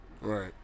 right